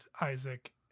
Isaac